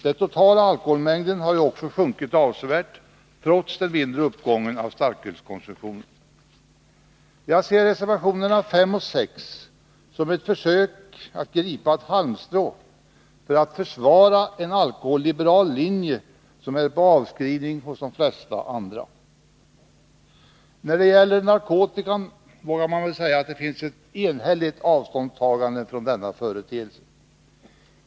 Den totala alkoholmängden har ju också sjunkit avsevärt trots den mindre uppgången av starkölskonsumtionen. Jag ser reservationerna 5 och 6 som ett försök att gripa ett halmstrå för att försvara en alkoholliberal linje som är på avskrivning hos de flesta andra. När det gäller narkotika vågar man väl säga att det finns ett enhälligt avståndstagande från denna företeelse.